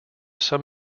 some